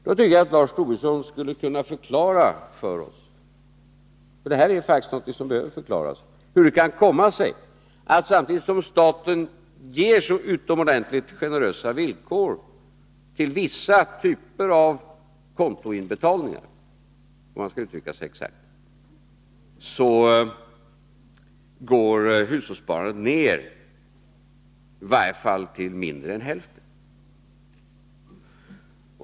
Jag tycker att Lars Tobisson skulle kunna förklara för oss — för det här är faktiskt någonting som behöver förklaras — hur det kan komma sig att samtidigt som staten ger utomordentligt generösa villkor för vissa typer av kontoinbetalningar, om man skall uttrycka sig exakt, går hushållssparandet ner till i varje fall mindre än hälften.